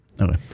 Okay